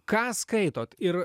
ką skaitot ir